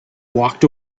walked